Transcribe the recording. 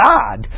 God